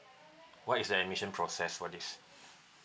what is the admission process for this